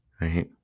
right